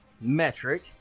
metric